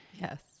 Yes